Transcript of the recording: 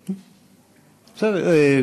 בסדר.